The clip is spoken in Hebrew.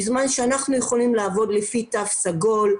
בזמן שאנחנו יכולים לעבוד לפי תו סגול.